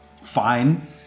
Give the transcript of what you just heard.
fine